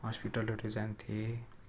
हस्पिटलहरू जान्थेँ